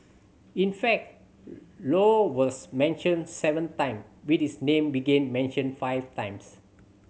in fact Low was mentioned seven time with his name begin mentioned five times